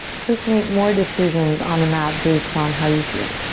just make more decisions on the mat based on how you feel.